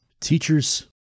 Teachers